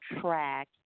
track